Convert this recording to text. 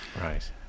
Right